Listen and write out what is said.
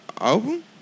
album